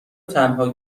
تنها